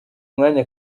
umwanya